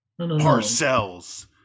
Parcells